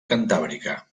cantàbrica